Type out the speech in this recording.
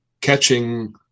catching